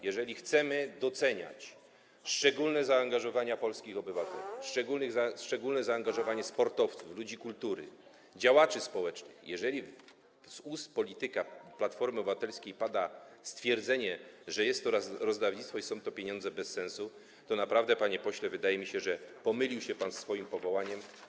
Jeżeli chcemy doceniać szczególne zaangażowanie polskich obywateli, szczególne zaangażowanie sportowców, ludzi kultury, działaczy społecznych, jeżeli z ust polityka Platformy Obywatelskiej pada stwierdzenie, że jest to rozdawnictwo i są to pieniądze bez sensu, to naprawdę, panie pośle, wydaje mi się, że pomylił się pan, jeśli chodzi o swoje powołanie.